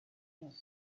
boss